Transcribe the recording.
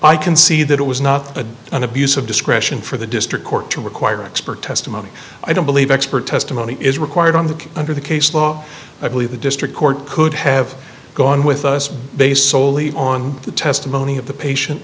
i can see that it was not a an abuse of discretion for the district court to require expert testimony i don't believe expert testimony is required on the under the case law i believe the district court could have gone with us based soley on the testimony of the patient